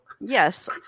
Yes